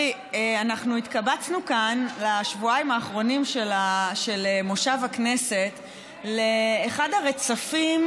התקבצנו כאן לשבועיים האחרונים של מושב הכנסת לאחד הרצפים